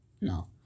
No